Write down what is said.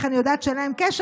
איך אני יודעת שאין להם קשר?